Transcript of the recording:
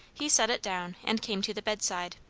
he set it down, and came to the bedside.